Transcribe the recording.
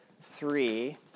three